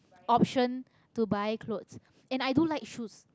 option to buy clothes and i do like shoes